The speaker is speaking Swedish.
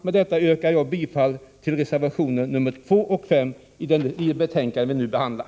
Med detta yrkar jag bifall till reservationerna 2 och 5 i det betänkande vi nu behandlar.